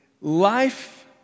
Life